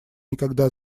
никогда